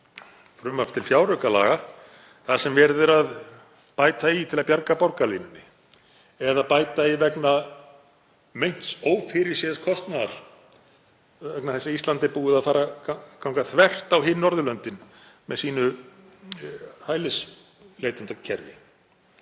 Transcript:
frumvarp til fjáraukalaga þar sem verið er að bæta í til að bjarga borgarlínunni eða bæta í vegna meints ófyrirséðs kostnaðar vegna þess að Ísland er búið að ganga þvert á hin Norðurlöndin með sínu hælisleitendakerfi?